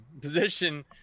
position